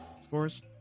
scores